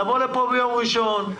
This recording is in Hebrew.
נבוא לפה ביום ראשון,